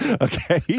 Okay